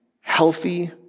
healthy